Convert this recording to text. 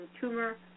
tumor